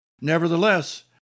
Nevertheless